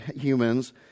humans